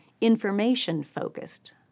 information-focused